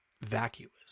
vacuous